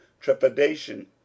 trepidation